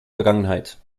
vergangenheit